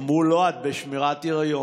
אמרו: לא, את בשמירת היריון,